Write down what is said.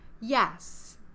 Yes